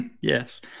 Yes